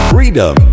Freedom